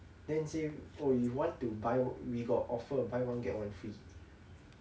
then say oh you want to buy on~ we got offer buy one get one free